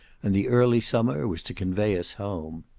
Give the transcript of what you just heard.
and the early summer was to convey us home.